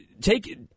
take